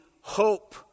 hope